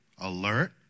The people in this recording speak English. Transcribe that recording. alert